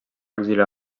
exiliar